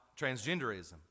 transgenderism